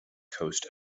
coast